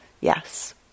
yes